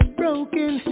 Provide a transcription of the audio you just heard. broken